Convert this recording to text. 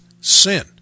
sin